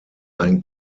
ein